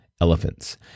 elephants